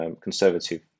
conservative